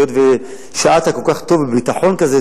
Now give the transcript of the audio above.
היות ששאלת כל כך טוב ובביטחון כזה,